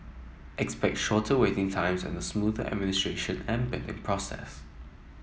expect shorter waiting times and a smoother administration and billing process